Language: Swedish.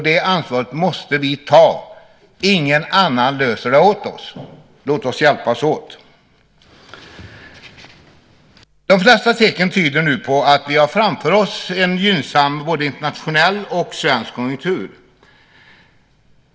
Det ansvaret måste vi ta. Ingen annan löser det åt oss, så låt oss hjälpas åt! De flesta tecken tyder nu på att vi framför oss har en gynnsam både internationell och svensk konjunktur.